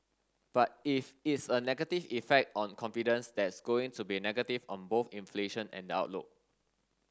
but if it's a negative effect on confidence that's going to be negative on both inflation and the outlook